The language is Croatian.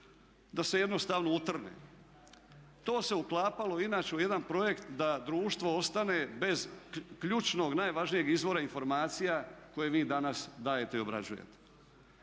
da se jednostavno utrne. To se uklapalo inače u jedan projekt da društvo ostane bez ključnog najvažnijeg izvora informacija koje vi danas dajete i obrađujete.